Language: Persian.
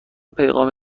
پیغام